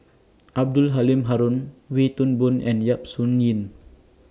Abdul Halim Haron Wee Toon Boon and Yap Su Yin